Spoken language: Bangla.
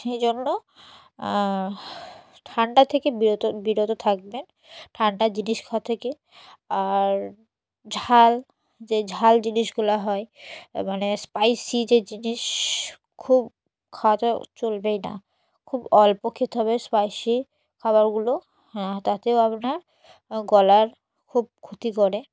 সেই জন্য ঠান্ডা থেকে বিরত বিরত থাকবেন ঠান্ডা জিনিস খাওয়া থেকে আর ঝাল যে ঝাল জিনিসগুলো হয় মানে স্পাইসি যে জিনিস খুব খাওয়াতে চলবেই না খুব অল্প খেতে হবে স্পাইসি খাবারগুলো তাতেও আপনার গলার খুব ক্ষতি করে